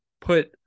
put